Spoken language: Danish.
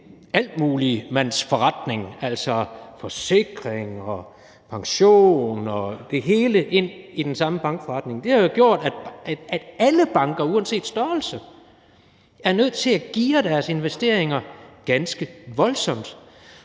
altmuligmandsforretning – altså forsikring og pension og det hele ind i den samme bankforretning – har gjort, at alle banker uanset størrelse er nødt til at geare deres investeringer ganske voldsomt.